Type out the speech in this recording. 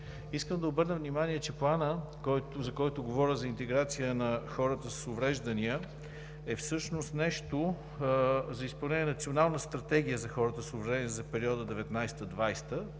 Искам да обърна внимание, че Планът, за който говоря – за интеграция на хората с увреждания, е всъщност нещо от изпълнение на Национална стратегия за хората с увреждания за периода 2019